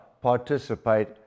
participate